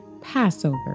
Passover